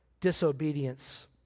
disobedience